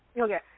Okay